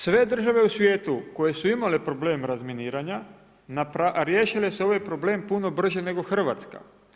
Sve države u svijetu koje su imale problem razminiranja riješile su ovaj problem puno brže nego Hrvatska.